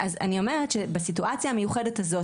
אז אני אומרת שבסיטואציה המיוחדת הזאת,